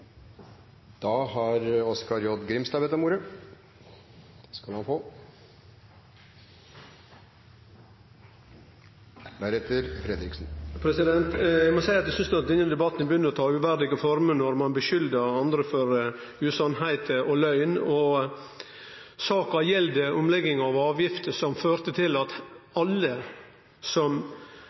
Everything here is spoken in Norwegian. Eg må seie at eg synest denne debatten begynner å ta uverdige former når ein skuldar andre for usanningar og løgn. Saka gjeld omlegging av avgifter, som førte til at alle som